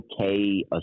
okay